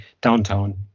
downtown